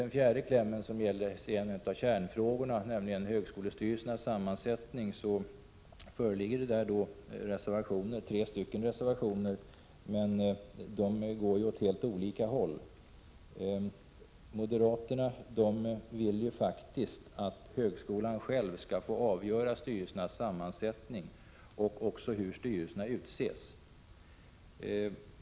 Den fjärde punkten gäller en av kärnfrågorna, högskolestyrelsernas sammansättning. Där föreligger tre reservationer, som går åt olika håll. Moderaterna vill att högskolorna själva skall få avgöra styrelsernas sammansättning och även hur styrelserna utses.